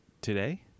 today